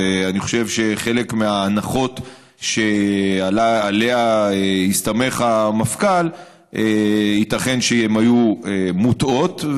ואני חושב שחלק מההנחות שעליהן הסתמך המפכ"ל ייתכן שהן מוטעות,